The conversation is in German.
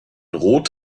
rot